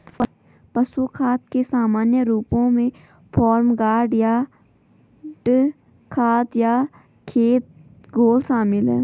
पशु खाद के सामान्य रूपों में फार्म यार्ड खाद या खेत घोल शामिल हैं